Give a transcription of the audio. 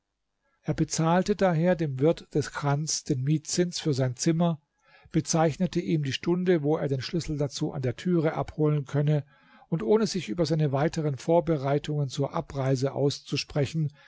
er bezahlte daher dem wirt des chans den mietzins für sein zimmer bezeichnete ihm die stunde wo er den schlüssel dazu an der türe abholen könne und ohne sich über seine weiteren vorbereitungen zur abreise auszusprechen